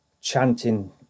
chanting